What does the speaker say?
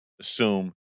assume